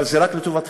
אבל זה רק לטובתכם,